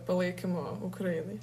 palaikymo ukrainai